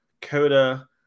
Coda